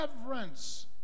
reverence